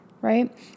right